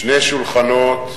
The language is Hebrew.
שני שולחנות,